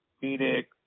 Phoenix